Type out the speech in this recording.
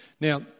Now